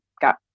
got